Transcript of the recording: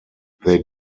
they